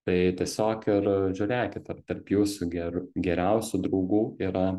tai tiesiog ir žiūrėkit ar tarp jūsų ger geriausių draugų yra